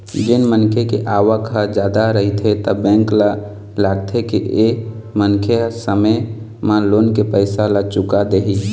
जेन मनखे के आवक ह जादा रहिथे त बेंक ल लागथे के ए मनखे ह समे म लोन के पइसा ल चुका देही